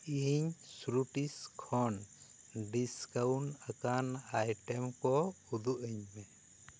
ᱤᱧ ᱥᱩᱨᱩᱴᱤᱥ ᱠᱷᱚᱱ ᱰᱤᱥᱠᱟᱣᱩᱱᱴ ᱟᱠᱟᱱ ᱟᱭᱴᱮᱢ ᱠᱚ ᱩᱫᱩᱜ ᱟᱹᱧ ᱢᱮ